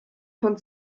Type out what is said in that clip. von